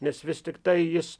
nes vis tiktai jis